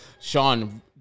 Sean